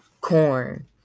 corn